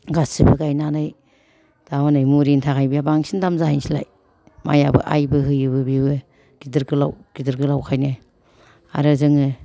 गासिबो गायनानै दा हनै मुरिनि थाखाय बे बांसिन दाम जाहैसैलाय माइआबो आइबो होयोबो बेबो गिदिर गोलाव गिदिर गोलावखायनो आरो जोङो